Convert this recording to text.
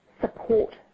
Support